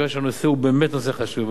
מכיוון שהנושא הוא באמת נושא חשוב,